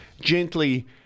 gently